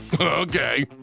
Okay